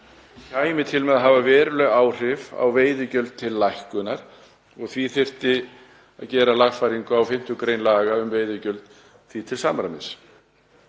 kæmi til með að hafa veruleg áhrif á veiðigjöld til lækkunar og því þyrfti að gera lagfæringu á 5. gr. laga um veiðigjald því til samræmis.